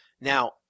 Now